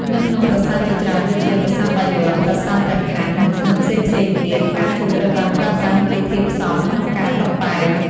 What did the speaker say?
នៅក្នុងប្រាសាទជាច្រើនដូចជា ប្រាសាទបាយ័ន ប្រាសាទព្រះខ័ន និងផ្សេងៗទៀត ផ្កាឈូកត្រូវបានប្រើប្រាស់ជាធាតុផ្សំក្នុងការតុបតែង។